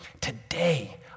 today